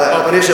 אדוני היושב-ראש,